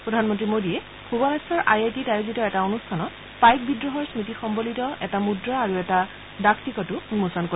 প্ৰধানমন্ত্ৰী মোডীয়ে ভুৱনেশ্বৰ আই আই টিত আয়োজিত এটা অনুষ্ঠানত পাইক বিদ্ৰোহৰ স্মৃতি সম্বলিত এটা মুদ্ৰা আৰু এটা ডাক টিকটো উন্মোচন কৰিব